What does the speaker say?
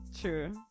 True